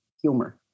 humor